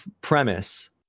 premise